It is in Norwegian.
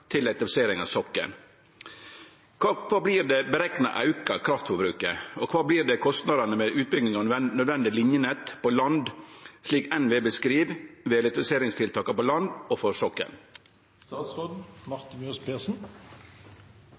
til elektrifisering av sokkelen. Kva blir det berekna auka kraftforbruket, og kva blir kostnadane med utbygging av nødvendig linjenett på land slik NVE beskriv ved elektrifiseringstiltaka på land og for